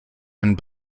and